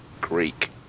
Greek